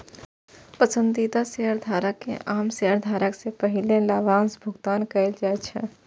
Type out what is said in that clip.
पसंदीदा शेयरधारक कें आम शेयरधारक सं पहिने लाभांशक भुगतान कैल जाइ छै